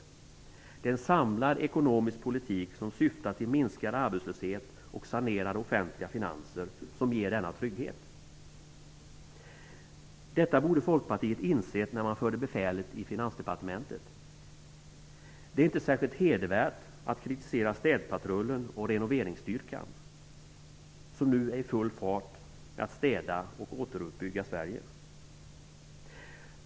Det är i stället en samlad ekonomisk politik som syftar till minskad arbetslöshet och sanerade offentliga finanser som ger denna trygghet. Detta borde Folkpartiet ha insett när man förde befälet i Finansdepartementet. Det är inte särskilt hedervärt att kritisera den städpatrull och renoverinsstyrka som nu är i full fart med att städa och återuppbygga Sverige.